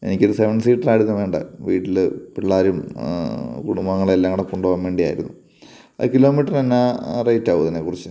എനിക്കൊരു സെവൻ സീറ്ററായിരുന്നു വേണ്ടേ വീട്ടില് പിള്ളാരും കുടുംബാംഗങ്ങളെ എല്ലാം കൂടെ കൊണ്ടുപോകാൻ വേണ്ടിയായിരുന്നു കിലോമീറ്ററിനെന്നാ റേറ്റാകുമോ അതിനെക്കുറിച്ച്